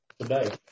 today